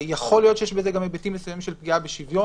יכול להיות שיש בזה גם היבטים מסוימים של פגיעה בשוויון.